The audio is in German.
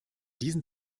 diesen